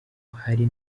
hari